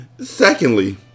Secondly